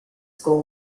school